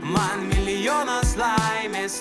man milijonas laimės